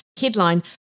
headline